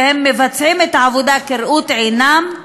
והם מבצעים את העבודה כראות עיניהם,